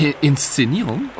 Inszenierung